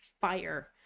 fire